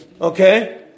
okay